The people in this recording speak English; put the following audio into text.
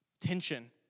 tension